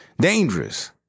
Dangerous